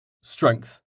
strength